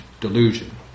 delusion